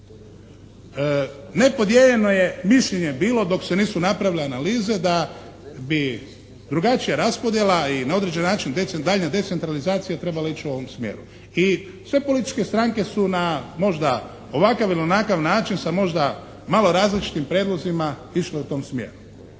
Nepodijeljeno je mišljenje bilo dok se nisu napravile analize da bi drugačija raspodjela i na određeni način daljnja decentralizacija trebala ići u ovome smjeru. I sve političke stranke su na možda ovakav ili onakav način sa malo različitim prijedlozima išle u tom smjeru.